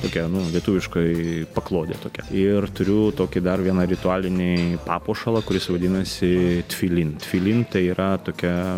tokia nu lietuviškai paklodė tokia ir turiu tokį dar vieną ritualinį papuošalą kuris vadinasi tvilin tvilin tai yra tokia